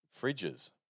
fridges